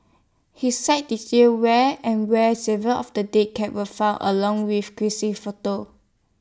his site details where and where several of the dead cats were found along with grisly photos